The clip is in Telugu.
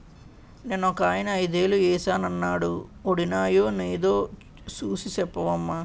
నిన్నొకాయన ఐదేలు ఏశానన్నాడు వొడినాయో నేదో సూసి సెప్పవమ్మా